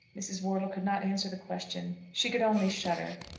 mrs. wortle could not answer the question. she could only shudder.